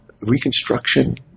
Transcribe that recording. Reconstruction